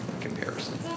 comparison